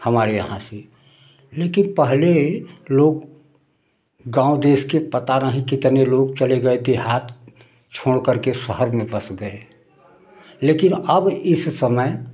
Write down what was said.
हमारे यहाँ से लेकिन पहले लोग गाँव देश के पता नहीं कितने लोग चले गए देहात छोड़ कर के शहर में बस गए लेकिन अब इस समय